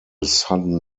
sudden